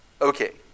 Okay